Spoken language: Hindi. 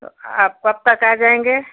तो आप कब तक आ जाएँगे